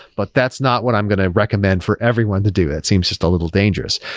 but that's not what i'm going to recommend for everyone to do. that seems just a little dangerous.